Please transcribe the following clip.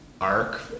arc